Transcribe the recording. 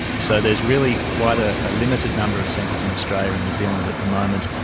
so there is really quite a ah limited number of centres in australia and new zealand at the moment.